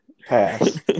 pass